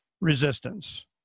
resistance